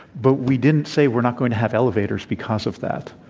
but we didn't say we're not going to have elevators because of that.